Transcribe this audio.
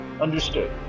Understood